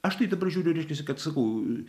aš tai dabar žiūriu reiškiasi kad sakau